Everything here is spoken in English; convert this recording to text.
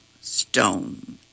stone